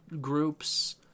groups